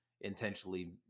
intentionally